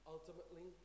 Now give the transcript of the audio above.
Ultimately